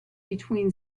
between